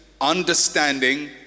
understanding